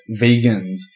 vegans